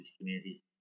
community